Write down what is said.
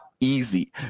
easy